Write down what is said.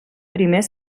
primer